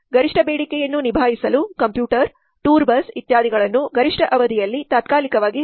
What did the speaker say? ಗರಿಷ್ಠ ಬೇಡಿಕೆಯನ್ನು ನಿಭಾಯಿಸಲು ಕಂಪ್ಯೂಟರ್ ಟೂರ್ ಬಸ್ ಇತ್ಯಾದಿಗಳನ್ನು ಗರಿಷ್ಠ ಅವಧಿಯಲ್ಲಿ ತಾತ್ಕಾಲಿಕವಾಗಿ ಹೆಚ್ಚಿಸಬಹುದು